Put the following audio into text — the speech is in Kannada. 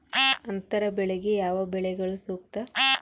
ಅಂತರ ಬೆಳೆಗೆ ಯಾವ ಬೆಳೆಗಳು ಸೂಕ್ತ?